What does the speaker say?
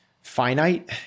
finite